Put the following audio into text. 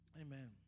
amen